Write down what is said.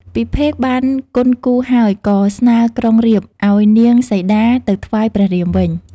ពិភេកបានគន់គូរហើយ ក៏ស្នើក្រុងរាពណ៍ ឱ្យនាងសីតាទៅថ្វាយព្រះរាមវិញ។